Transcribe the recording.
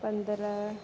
पन्द्रह